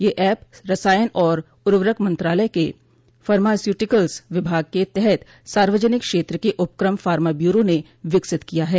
यह ऐप रसायन और उवर्रक मंत्रालय के फार्मास्यूटिकल्स विभाग के तहत सार्वजनिक क्षेत्र के उपक्रम फार्मा ब्यूरो ने विकसित किया है